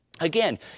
Again